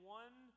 one